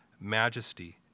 majesty